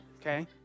Okay